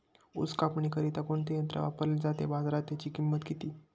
ऊस कापणीकरिता कोणते यंत्र वापरले जाते? बाजारात त्याची किंमत किती?